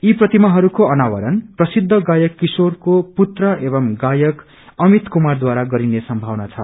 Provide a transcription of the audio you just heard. यी प्रतिमाहस्ल्को अनावरण प्रसिद्ध गायक किशोरको पुत्र एंव गायक अमित कुमारद्वारा गरिने संभावना छ